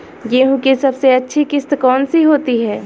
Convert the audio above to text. गेहूँ की सबसे अच्छी किश्त कौन सी होती है?